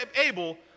able